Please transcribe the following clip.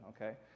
okay